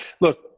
look